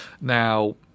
Now